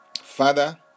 Father